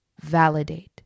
Validate